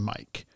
Mike